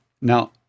Now